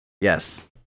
Yes